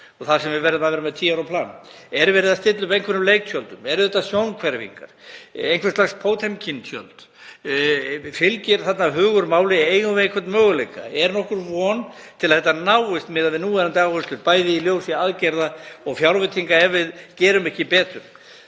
þar sem við verðum að vera með tíu ára plan? Er verið að stilla upp einhverjum leiktjöldum? Eru þetta sjónhverfingar, einhvers lags pótemkintjöld? Fylgir hugur máli? Eigum við einhvern möguleika? Er nokkur von til að þetta náist miðað við núverandi áherslu, bæði í ljósi aðgerða og fjárveitinga ef við gerum ekki betur?